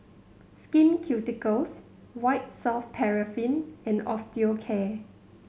Skin Ceuticals White Soft Paraffin and Osteocare